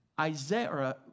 Isaiah